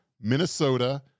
Minnesota